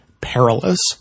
perilous